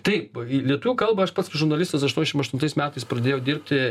taip lietuvių kalbą aš pats žurnalistas aštuoniasdešim aštuntais metais pradėjau dirbti